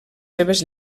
seves